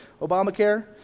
Obamacare